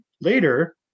later